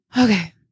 okay